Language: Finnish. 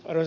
eräs